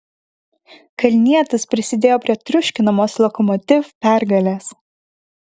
kalnietis prisidėjo prie triuškinamos lokomotiv pergalės